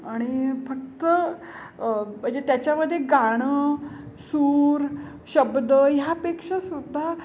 आणि फक्त म्हणजे त्याच्यामध्ये गाणं सूर शब्द ह्यापेक्षा सुद्धा